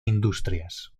industrias